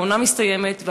העונה מסתיימת,